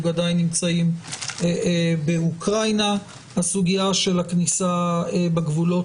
עדיין נמצאים באוקראינה; הסוגיה של הכניסה בגבולות